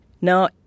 Now